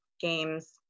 games